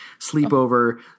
sleepover